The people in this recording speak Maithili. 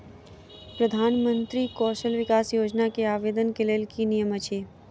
प्रधानमंत्री कौशल विकास योजना केँ आवेदन केँ लेल की नियम अछि?